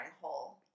hole